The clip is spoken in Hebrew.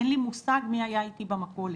אין לי מושג מי היה איתי במכולת.